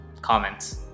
comments